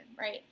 right